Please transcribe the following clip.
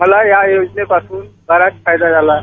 मला या योजनेपासून बराच फायदा झाला आहे